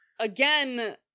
Again